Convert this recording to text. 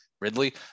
Ridley